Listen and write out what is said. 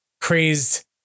crazed